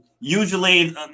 usually